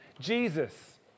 Jesus